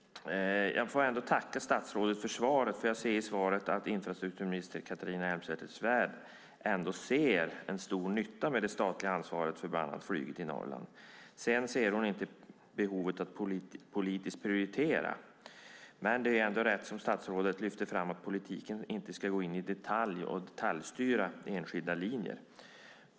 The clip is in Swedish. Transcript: Jag får tacka statsrådet för svaret, för jag ser i svaret att infrastrukturminister Catharina Elmsäter-Svärd ändå ser en stor nytta med det statliga ansvaret för bland annat flyget i Norrland. Sedan ser hon inte behovet av att politiskt prioritera, men det är ändå rätt som statsrådet lyfter fram att politiken inte ska gå in och detaljstyra enskilda linjer.